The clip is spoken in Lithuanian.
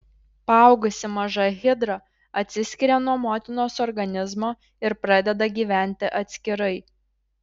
paaugusi maža hidra atsiskiria nuo motinos organizmo ir pradeda gyventi atskirai